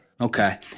Okay